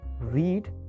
read